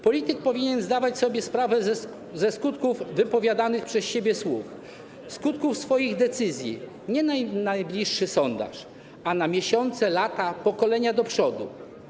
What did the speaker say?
Polityk powinien zdawać sobie sprawę ze skutków wypowiadanych przez siebie słów, skutków swoich decyzji nie na najbliższy sondaż, a na miesiące, lata, pokolenia do przodu.